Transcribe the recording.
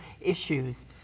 issues